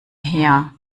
her